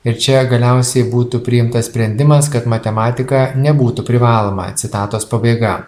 ir čia galiausiai būtų priimtas sprendimas kad matematika nebūtų privaloma citatos pabaiga